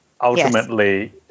ultimately